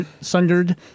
Sundered